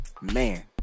man